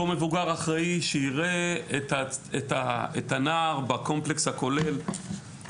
אותו מבוגר אחראי, שיראה את הנער בקומפלקס הכולל.